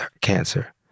cancer